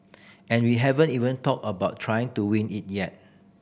and we haven't even talked about trying to win it yet